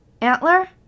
Antler